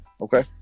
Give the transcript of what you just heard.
Okay